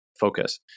focus